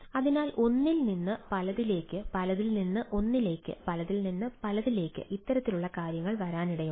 അതിനാൽ ഒന്നിൽ നിന്ന് പലതിലേക്ക് പലതിൽ നിന്ന് ഒന്നിലേക്ക് പലതിൽ നിന്ന് പലതിലേക്ക് ഇത്തരത്തിലുള്ള കാര്യങ്ങൾ വരാനിടയുണ്ട്